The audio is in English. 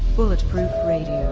bulletproof radio,